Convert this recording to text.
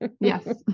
Yes